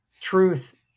truth